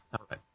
Okay